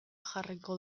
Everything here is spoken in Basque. jarriko